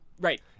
Right